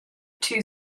two